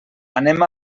anem